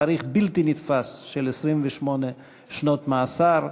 בלתי נתפס של 28 שנות מאסר.